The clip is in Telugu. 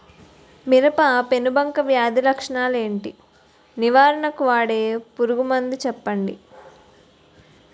మిరప పెనుబంక వ్యాధి లక్షణాలు ఏంటి? నివారణకు వాడే పురుగు మందు చెప్పండీ?